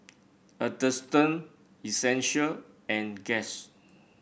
Atherton Essential and Guess